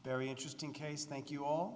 very interesting case thank you all